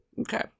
Okay